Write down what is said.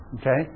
Okay